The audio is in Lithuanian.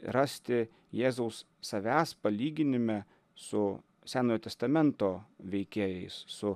rasti jėzaus savęs palyginime su senojo testamento veikėjais su